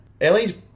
Ellie's